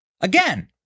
Again